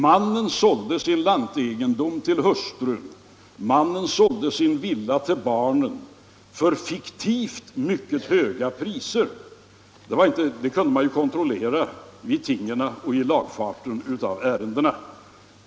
Mannen sålde sin lantegendom till hustrun, fadern sålde sin villa till barnen — för fiktivt mycket höga priser. Det kunde man ju kontrollera vid tingen och i lagfarten av ärendena.